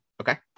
Okay